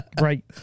Right